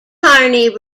carney